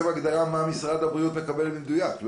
הגדרה של מה משרד הבריאות מקבל במדויק,